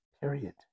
Period